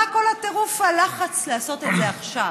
מה כל הטירוף והלחץ לעשות את זה עכשיו.